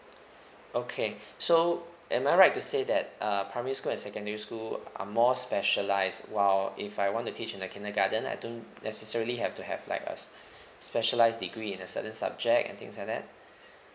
okay so am I right to say that uh primary school and secondary school are more specialized while if I want to teach in the kindergarten I don't necessarily have to have like a s~ specialized degree in a certain subject and things like that